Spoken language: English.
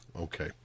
Okay